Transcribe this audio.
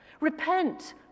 Repent